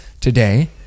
today